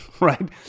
right